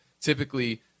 typically